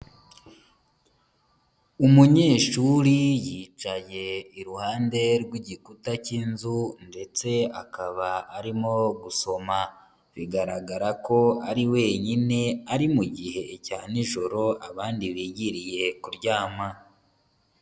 Umunyeshuri yicaye iruhande rw'igikuta cy'inzu, ndetse akaba arimo gusoma, bigaragara ko ari wenyine, ari mu gihe cya nijoro, abandi bigiriye kuryama.